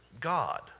God